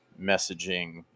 messaging